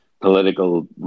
political